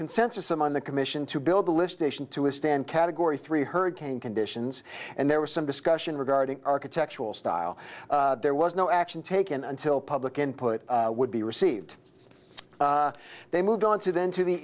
consensus among the commission to build the list nation to withstand category three hurricane conditions and there was some discussion regarding architectural style there was no action taken until public input would be received they moved on to the into the